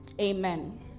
Amen